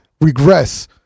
regress